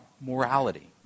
morality